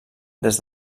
des